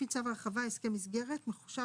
טור 1 טור 2 טור 3 טור 4 רכיבי שכר ערך שעה לעובד